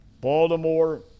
Baltimore